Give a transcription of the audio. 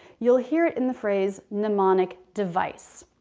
you'll hear it in the phrase mnemonic device.